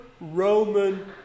Roman